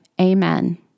amen